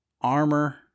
armor